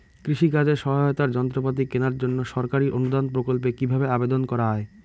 কৃষি কাজে সহায়তার যন্ত্রপাতি কেনার জন্য সরকারি অনুদান প্রকল্পে কীভাবে আবেদন করা য়ায়?